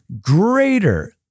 greater